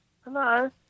Hello